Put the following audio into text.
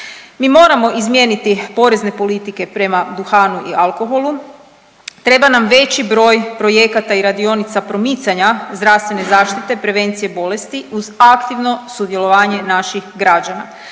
Mi moramo izmijeniti porezne politike prema duhanu i alkoholu, treba nam veći broj projekata i radionica promicanja zdravstvene zaštite prevencije bolesti uz aktivno sudjelovanje naših građana